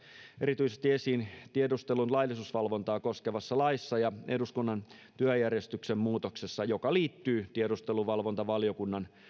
erityisesti esiin tiedustelun laillisuusvalvontaa koskevassa laissa ja eduskunnan työjärjestyksen muutoksessa joka liittyy tiedusteluvalvontavaliokunnan